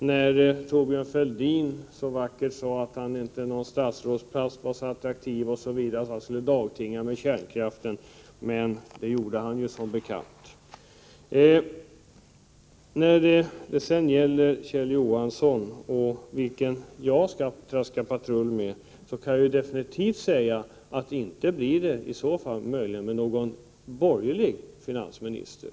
Då talade Thorbjörn Fälldin så vackert om att inte någon statsrådsplats var så attraktiv att han skulle dagtinga när det gäller kärnkraften — men det gjorde han som bekant. Sedan, Kjell Johansson, när det gäller frågan om vem jag skall traska patrull med kan jag definitivt säga att det i varje fall inte blir med någon borgerlig finansminister.